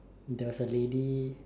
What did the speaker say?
there was a lady